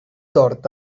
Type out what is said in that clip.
tord